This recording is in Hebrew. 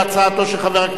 הצעת החוק עברה בקריאה טרומית,